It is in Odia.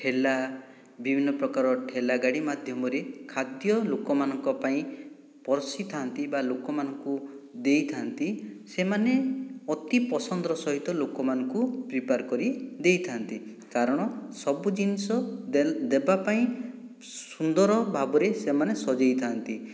ଠେଲା ବିଭିନ୍ନ ପ୍ରକାର ଠେଲା ଗାଡ଼ି ମାଧ୍ୟମରେ ଖାଦ୍ୟ ଲୋକମାନଙ୍କ ପାଇଁ ପରଷିଥା'ନ୍ତି ବା ଲୋକମାନଙ୍କୁ ଦେଇଥା'ନ୍ତି ସେମାନେ ଅତି ପସନ୍ଦର ସହିତ ଲୋକମାନଙ୍କୁ ପ୍ରିପେୟାର କରି ଦେଇଥା'ନ୍ତି କାରଣ ସବୁ ଜିନିଷ ଦେବା ପାଇଁ ସୁନ୍ଦର ଭାବରେ ସେମାନେ ସଜାଇଥା'ନ୍ତି